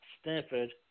Stanford